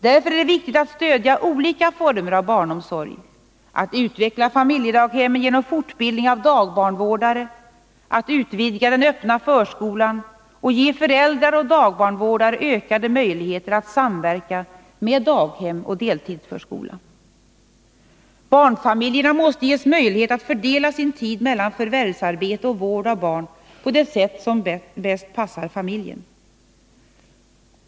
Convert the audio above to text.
Därför är det viktigt att stödja olika former av barnomsorg, att utveckla familjedaghemmen genom fortbildning av dagbarnvårdare, att utvidga den öppna förskolan och ge föräldrar och dagbarnvårdare ökade möjligheter att samverka med daghem och deltidsförskola. Barnfamiljerna måste ges möjlighet att fördela sin tid mellan förvärvsarbete och vård av barn på det sätt som bäst passar familjen.